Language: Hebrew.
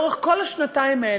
לאורך כל השנתיים האלה,